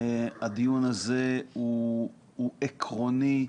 הדיון הזה הוא עקרוני,